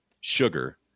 sugar